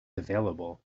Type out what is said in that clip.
available